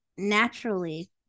naturally